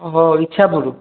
ଓହଃ Ichhapur